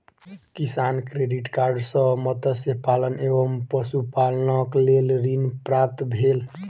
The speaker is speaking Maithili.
किसान क्रेडिट कार्ड सॅ मत्स्य पालन एवं पशुपालनक लेल ऋण प्राप्त भेल